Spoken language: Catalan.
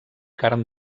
carn